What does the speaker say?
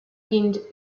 gained